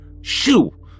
Shoo